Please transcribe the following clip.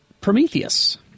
Prometheus